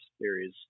series